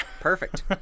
Perfect